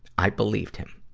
i believed him.